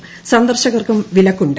ക്യൂന്ദർശകർക്കും വിലക്കുണ്ട്